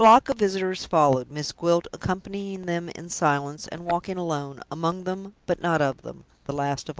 the flock of visitors followed, miss gwilt accompanying them in silence, and walking alone among them, but not of them the last of all.